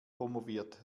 promoviert